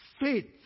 Faith